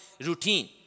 routine